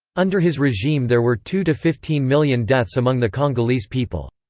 under his regime there were two to fifteen million deaths among the congolese people.